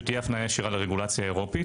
שתהיה הפניה ישירה לרגולציה האירופית,